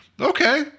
okay